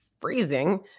freezing